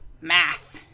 Math